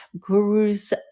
gurus